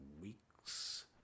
weeks